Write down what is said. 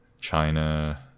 China